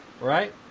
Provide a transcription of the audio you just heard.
Right